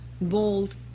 bold